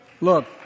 Look